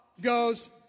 goes